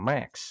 Max